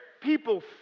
people